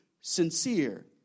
sincere